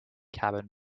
cabin